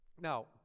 Now